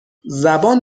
زبان